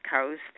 Coast